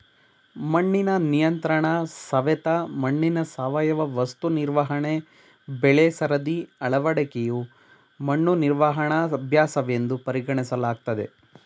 ಮಣ್ಣಿನ ನಿಯಂತ್ರಣಸವೆತ ಮಣ್ಣಿನ ಸಾವಯವ ವಸ್ತು ನಿರ್ವಹಣೆ ಬೆಳೆಸರದಿ ಅಳವಡಿಕೆಯು ಮಣ್ಣು ನಿರ್ವಹಣಾ ಅಭ್ಯಾಸವೆಂದು ಪರಿಗಣಿಸಲಾಗ್ತದೆ